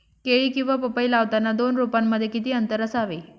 केळी किंवा पपई लावताना दोन रोपांमध्ये किती अंतर असावे?